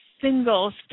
single